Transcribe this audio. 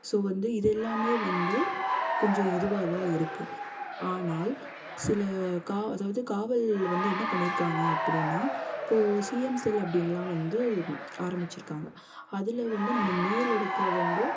so வந்து இது எல்லாமே வந்து கொஞ்சம் இதுவாக தான் இருக்குது ஆனால் சில கா அதாவது காவல் வந்து என்ன பண்ணியிருக்காங்க அப்படின்னா இப்போது சிஎம்செல் அப்படின்லாம் வந்து ஆரம்பிச்சிருக்காங்க அதில் வந்து நம்ம மேல் இடத்துல வந்து